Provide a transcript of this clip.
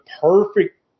perfect